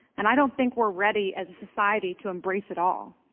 and i don't think we're ready as a society to embrace it all.